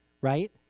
right